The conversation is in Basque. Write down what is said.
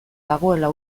dagoela